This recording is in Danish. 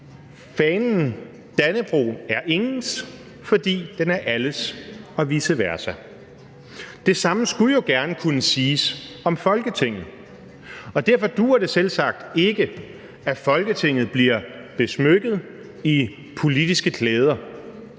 fanen, Dannebrog, er ingens, fordi den er alles og vice versa. Det samme skulle jo gerne kunne siges om Folketinget, og derfor duer det selvsagt ikke, at Folketinget bliver besmykket med politiske klæder.